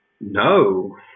no